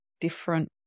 different